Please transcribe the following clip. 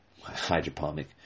hydroponic